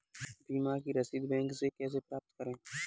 बीमा की रसीद बैंक से कैसे प्राप्त करें?